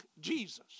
Jesus